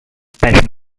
passion